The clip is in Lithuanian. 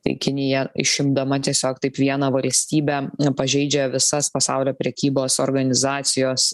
tai kinija išimdama tiesiog taip vieną valstybę pažeidžia visas pasaulio prekybos organizacijos